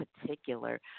particular